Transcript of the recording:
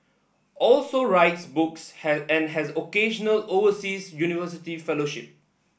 also writes books and has occasional overseas university fellowship